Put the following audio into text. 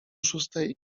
szóstej